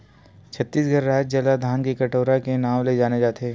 छत्तीसगढ़ राज ल धान के कटोरा के नांव ले जाने जाथे